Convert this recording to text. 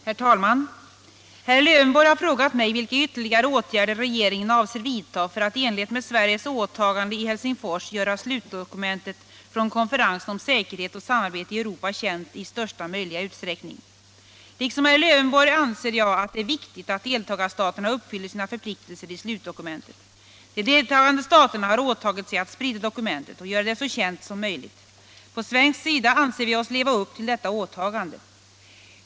Herr talman! Herr Lövenborg har frågat mig vilka ytterligare åtgärder regeringen avser vidta för att i enlighet med Sveriges åtagande i Helsingfors göra slutdokumentet från konferensen om säkerhet och samarbete i Europa känt i största möjliga utsträckning. Liksom herr Lövenborg anser jag att det är viktigt att deltagarstaterna uppfyller sina förpliktelser i slutdokumentet. De deltagande staterna har åtagit sig att sprida dokumentet och göra det så känt som möjligt. På svensk sida anser vi oss leva upp till detta åtagande.